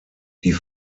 die